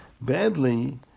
badly